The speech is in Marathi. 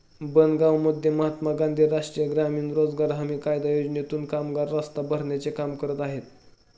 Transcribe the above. बनगावमध्ये महात्मा गांधी राष्ट्रीय ग्रामीण रोजगार हमी कायदा योजनेतून कामगार रस्ता भरण्याचे काम करत आहेत